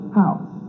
house